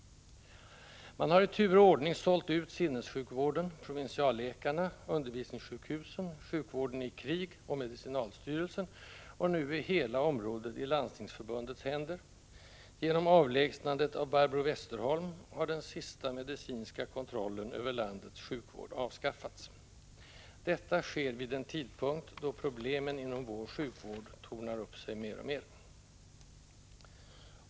Man har i tur och ordning sålt ut sinnessjukvården, provinsialläkarna, undervisningssjukhusen, sjukvården i krig och medicinalstyrelsen, och nu är hela området i Landstingsförbundets händer — genom avlägsnandet av Barbro Westerholm har den sista medicinska kontrollen över landets sjukvård avskaffats. Detta sker vid en tidpunkt då problemen inom vår sjukvård tornar upp sig mer och mer.